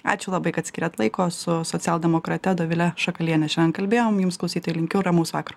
ačiū labai kad skyrėt laiko su socialdemokrate dovile šakaliene šiandien kalbėjom jums klausytojai linkiu ramaus vakaro